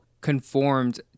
conformed